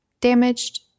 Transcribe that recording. damaged